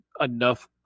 enough